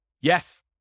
Yes